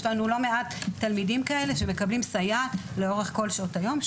יש לנו לא מעט תלמידים כאלה שמקבלים סייעת לאורך כל שעות היום,